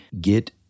get